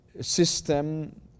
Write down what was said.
system